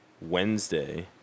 Wednesday